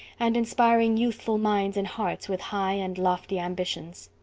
and inspiring youthful minds and hearts with high and lofty ambitions.